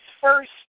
first